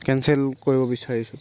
cancel কৰিব বিচাৰিছো